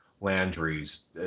Landry's